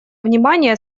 внимания